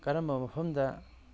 ꯀꯔꯝꯕ ꯃꯐꯝꯗ